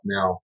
Now